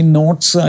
notes